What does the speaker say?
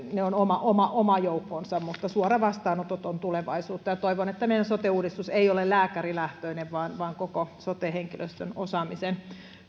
ovat oma joukkonsa mutta suoravastaanotot ovat tulevaisuutta toivon että meidän sote uudistus ei ole lääkärilähtöinen vaan vaan koko sote henkilöstön osaamisen